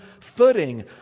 footing